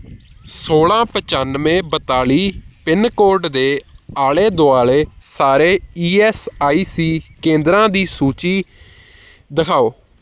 ਸੋਲਾਂ ਪਚਾਨਵੇਂ ਬਿਆਲੀ ਪਿੰਨ ਕੋਡ ਦੇ ਆਲੇ ਦੁਆਲੇ ਸਾਰੇ ਈ ਐੱਸ ਆਈ ਸੀ ਕੇਂਦਰਾਂ ਦੀ ਸੂਚੀ ਦਿਖਾਓ